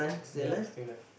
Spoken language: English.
ya still like